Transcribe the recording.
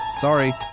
Sorry